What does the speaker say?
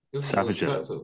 Savage